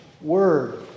Word